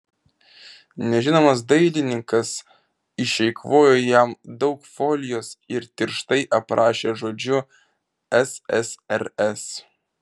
nežinomas dailininkas išeikvojo jam daug folijos ir tirštai aprašė žodžiu ssrs